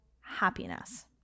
happiness